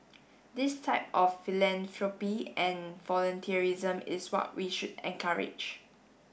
this type of philanthropy and volunteerism is what we should encourage